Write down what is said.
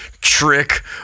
Trick